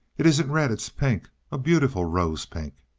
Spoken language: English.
it isn't red, it's pink a beautiful rose pink.